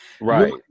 Right